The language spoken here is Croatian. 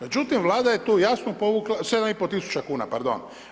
Međutim, Vlada je tu jasno povukla, 7,5 tisuća kn, pardon.